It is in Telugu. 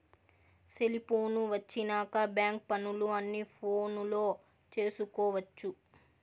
సెలిపోను వచ్చినాక బ్యాంక్ పనులు అన్ని ఫోనులో చేసుకొవచ్చు